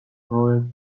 royal